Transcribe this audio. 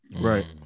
right